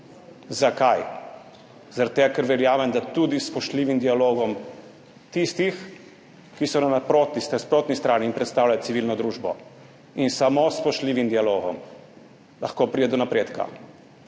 Zakaj? Zaradi tega ker verjamem, da tudi s spoštljivim dialogom tistih, ki so nam na nasprotni strani in predstavljajo civilno družbo, in samo s spoštljivim dialogom lahko pride do napredka.